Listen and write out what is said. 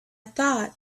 thought